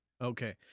Okay